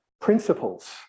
principles